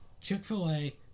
Chick-fil-A